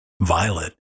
Violet